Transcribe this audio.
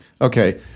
Okay